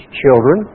children